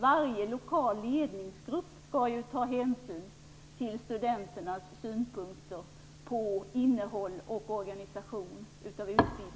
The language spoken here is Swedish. Varje lokal ledningsgrupp skall ju ta hänsyn till studenternas synpunkter på innehåll i och organisation av utbildningen.